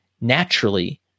naturally